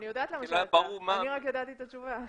אני יודעת למה שאלת, אני רק ידעתי את התשובה.